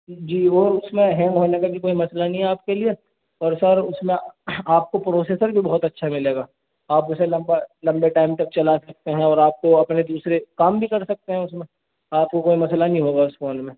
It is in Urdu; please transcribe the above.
جی وہ اس میں ہینگ ہونے کا بھی کوئی مسئلہ نہیں ہے آپ کے لیے اور سر اس آپ کو پروسیسر بھی بہت اچھا ملے گا آپ اسے لمبا لمبے ٹائم تک چلا سکتے ہیں اور آپ کو اپنے دوسرے کام بھی کر سکتے ہیں اس میں آپ کو کوئی مسئلہ نہیں ہوگا اس فون میں